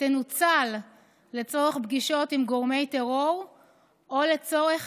תנוצל לצורך פגישות עם גורמי טרור או לצורך